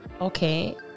Okay